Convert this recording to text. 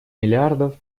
миллиардов